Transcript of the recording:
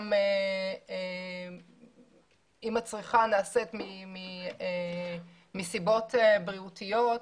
אם הצריכה נעשית מסיבות בריאותיות,